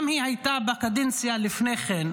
גם היא הייתה בקדנציה לפני כן,